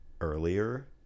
earlier